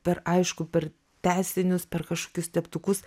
per aišku per tęsinius per kažkokius teptukus